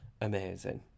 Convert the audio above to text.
amazing